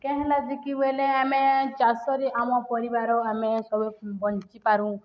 କେନ୍ତା ବିକିବୁ ବୋଲେ ଆମେ ଚାଷରେ ଆମ ପରିବାର ଆମେ ସବୁ ବଞ୍ଚିପାରୁ